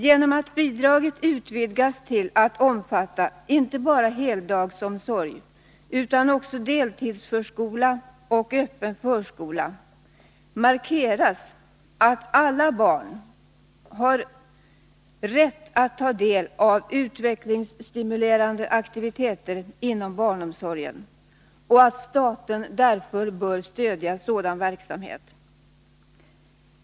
Genom att bidraget utvidgas till att omfatta inte bara heldagsomsorg utan också deltidsförskola och öppen förskola, markeras att alla barn har rätt att ta del av utvecklingsstimulerande aktiviteter inom barnomsorgen och att staten därför bör stödja sådan verksamhet.